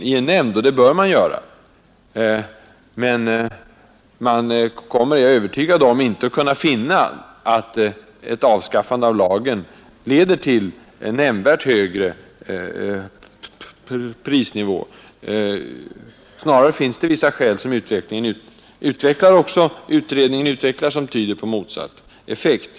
Jag är övertygad om att den inte kommer att finna att avskaffandet av lagen leder till nämnvärt högre prisnivå. Snarare finns det vissa förhållanden, som utredningen också utvecklar, som tyder på motsatt effekt.